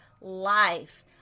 life